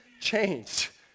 changed